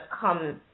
come